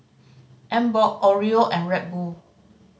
Emborg Oreo and Red Bull